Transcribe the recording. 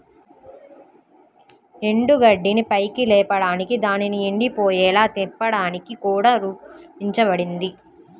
ఎండుగడ్డిని పైకి లేపడానికి దానిని ఎండిపోయేలా తిప్పడానికి కూడా రూపొందించబడింది